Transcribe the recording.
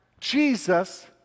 Jesus